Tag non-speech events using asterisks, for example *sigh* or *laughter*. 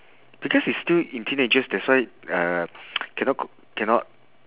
because he's still in teenagers that's why uh *noise* cannot *noise* cannot